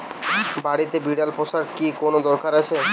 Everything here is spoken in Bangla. বাড়িতে বিড়াল পোষার কি কোন দরকার আছে?